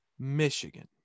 Michigan